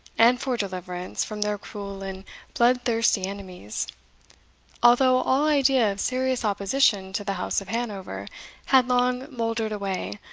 and for deliverance from their cruel and bloodthirsty enemies although all idea of serious opposition to the house of hanover had long mouldered away,